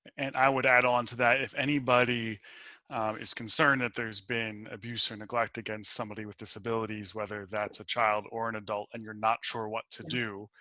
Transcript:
and i would add on to that. if anybody is concerned that there's been abuse or neglect against somebody with disabilities, whether that's a child or an adult, and you're not sure what to do,